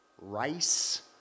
rice